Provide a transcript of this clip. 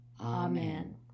amen